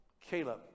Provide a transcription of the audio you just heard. caleb